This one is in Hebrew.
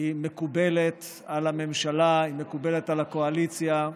מקובלת על הממשלה, מקובלת על הקואליציה.